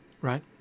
right